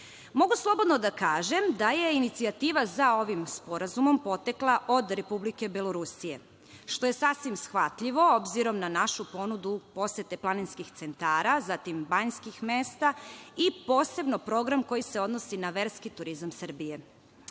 Mogu slobodno da kažem da je inicijativa za ovim sporazumom potekla od Republike Belorusije, što je sasvim shvatljivo, obzirom na našu ponudu posete planinskih centara, zatim banjskih mesta i posebno program koji se odnosi na verski turizam Srbije.U